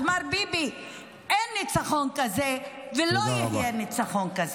אז מר ביבי, אין ניצחון כזה ולא היה ניצחון כזה.